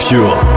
Pure